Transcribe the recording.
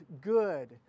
good